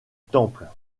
temple